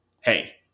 hey